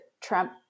Trump